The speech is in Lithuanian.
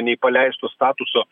nei paleisto statuso